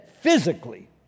physically